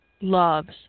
loves